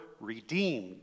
redeemed